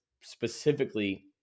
specifically